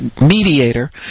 mediator